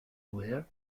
awards